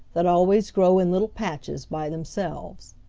that always grow in little patches by themselves.